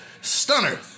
Stunner